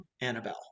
annabelle